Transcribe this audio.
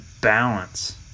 balance